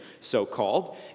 so-called